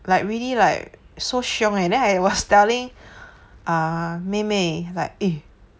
like really like so 凶 eh then I was telling uh 妹妹 like eh